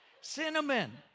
Cinnamon